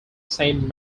saint